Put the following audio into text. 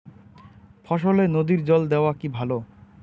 ফসলে নদীর জল দেওয়া কি ভাল?